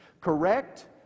Correct